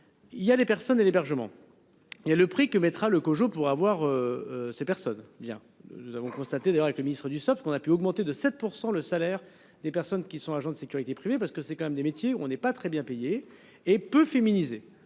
Il y a les personnes et l'hébergement. Et le prix que mettra le COJO pour avoir. Ces personnes bien nous avons constaté direct le Ministre du sauf ce qu'on a pu augmenter de 7% le salaire des personnes qui sont agents de sécurité. Oui parce que c'est quand même des métiers où on n'est pas très bien payés et peu féminisé,